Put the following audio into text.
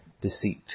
deceit